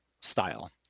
style